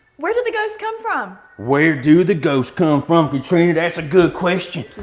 where do the ghosts come from! where do the ghosts come from katrina, that's a good question.